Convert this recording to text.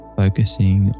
focusing